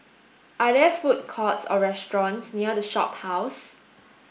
are there food courts or restaurants near The Shophouse